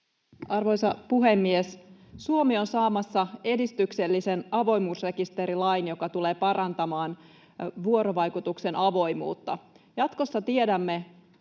Arvoisa puhemies! Suomi on saamassa edistyksellisen avoimuusrekisterilain, joka tulee parantamaan vuorovaikutuksen avoimuutta. Jatkossa tiedämme